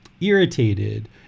irritated